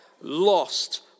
lost